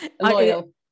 Loyal